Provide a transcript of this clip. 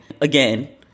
again